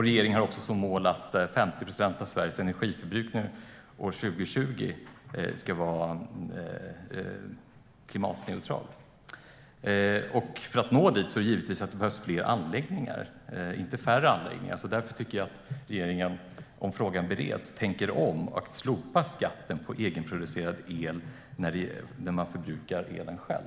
Regeringen har också som mål att 50 procent av Sveriges energiförbrukning år 2020 ska vara klimatneutral. För att nå dit behövs det givetvis fler anläggningar, inte färre anläggningar. Därför tycker jag att regeringen, om frågan bereds, borde tänka om och slopa skatten på egenproducerad el när man förbrukar elen själv.